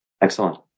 Excellent